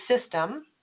system